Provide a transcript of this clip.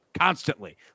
constantly